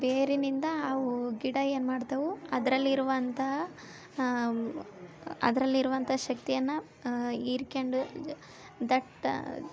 ಬೇರಿನಿಂದ ಅವು ಗಿಡ ಏನು ಮಾಡ್ತವು ಅದರಲ್ಲಿರುವಂತಹ ಅದರಲ್ಲಿರುವಂಥಾ ಶಕ್ತಿಯನ್ನ ಹೀರ್ಕೊಂಡು ದಟ್ಟ